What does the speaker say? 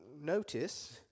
notice